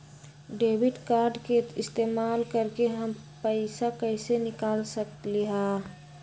Debit card के इस्तेमाल करके हम पैईसा कईसे निकाल सकलि ह?